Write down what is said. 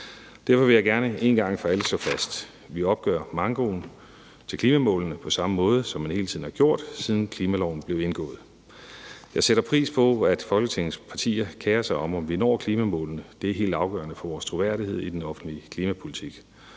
Derfor vil jeg gerne en gang for alle slå fast, at vi opgør mankoen til klimamålene på samme måde, som man hele tiden har gjort, siden klimaloven blev vedtaget. Jeg sætter pris på, at Folketingets partier kerer sig om, om vi når klimamålene. Det er helt afgørende for vores troværdighed i den offentlige klimapolitik.